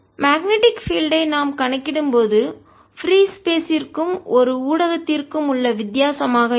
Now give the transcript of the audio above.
magnetic field ஐ நாம் கணக்கிடும்போது பிரீ ஸ்பேஸ் ற்கும் ஒரு ஊடகத்திற்கும் உள்ள வித்தியாசம் ஆக இருக்கும்